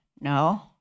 no